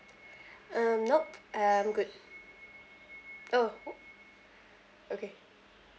um nope I'm good oh okay